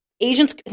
Agents